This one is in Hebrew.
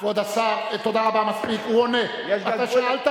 אתה חבר ממשלה.